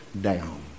down